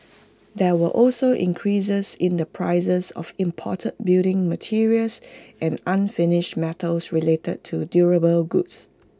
there were also increases in the prices of imported building materials and unfinished metals related to durable goods